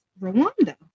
Rwanda